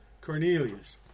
Cornelius